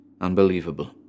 unbelievable